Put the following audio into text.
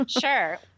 Sure